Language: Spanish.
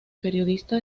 periodista